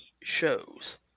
shows